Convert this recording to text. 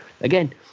again